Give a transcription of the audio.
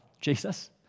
Jesus